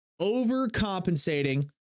overcompensating